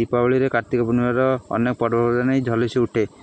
ଦୀପାବଳିରେ କାର୍ତ୍ତିକ ପୂର୍ଣ୍ଣିମାର ଅନେକ ପର୍ବପର୍ବାଣି ଝଲସି ଉଠେ